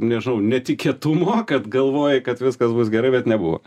nežinau netikėtumo kad galvoji kad viskas bus gerai bet nebuvo